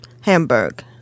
Hamburg